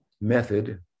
method